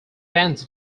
bands